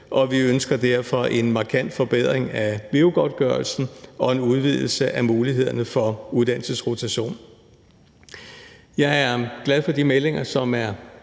og vi ønsker derfor en markant forbedring af veu-godtgørelsen og en udvidelse af mulighederne for uddannelsesrotation. Jeg er glad for de meldinger, som